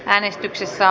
äänestyksissä